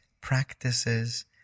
practices